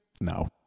No